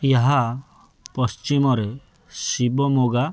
ଏହା ପଶ୍ଚିମରେ ଶିବମୋଗା